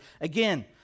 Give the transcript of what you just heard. Again